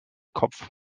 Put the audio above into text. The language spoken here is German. kopf